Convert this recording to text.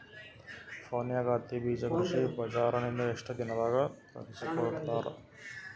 ಫೋನ್ಯಾಗ ಹತ್ತಿ ಬೀಜಾ ಕೃಷಿ ಬಜಾರ ನಿಂದ ಎಷ್ಟ ದಿನದಾಗ ತರಸಿಕೋಡತಾರ?